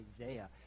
Isaiah